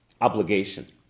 obligation